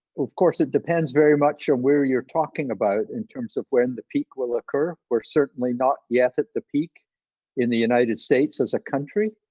of course it depends very much on where you're talking about in terms of when the peak will occur. we're certainly not yet at the peak in the united states as a country.